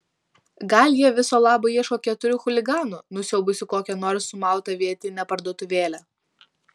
gal jie viso labo ieško keturių chuliganų nusiaubusių kokią nors sumautą vietinę parduotuvėlę